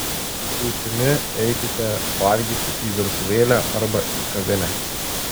būtini eikite valgyti į virtuvėlę arba į kavinę